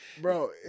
Bro